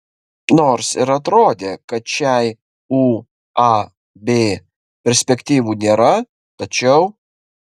nors ir atrodė kad šiai uab perspektyvų nėra tačiau